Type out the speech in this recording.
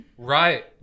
Right